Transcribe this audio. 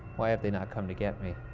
why have they not come to get me?